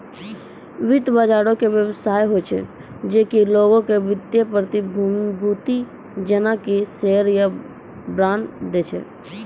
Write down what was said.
वित्त बजारो के व्यवस्था होय छै जे कि लोगो के वित्तीय प्रतिभूति जेना कि शेयर या बांड दै छै